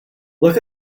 look